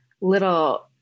little